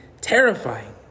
terrifying